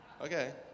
Okay